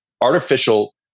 artificial